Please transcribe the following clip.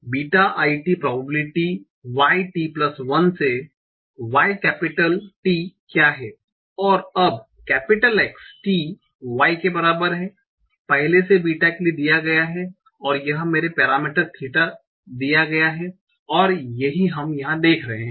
beta i t probability y t1 से y capital T क्या है और अब X t y के बराबर है पहले से ही बीटा के लिए दिया गया है और यह मेरे पैरामीटर थीटा दिया गया है और यही हम यहाँ देख रहे हैं